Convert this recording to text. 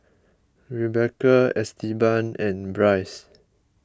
Rebeca Esteban and Brice